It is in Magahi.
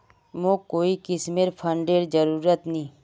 मोक कोई किस्मेर फंडेर जरूरत नी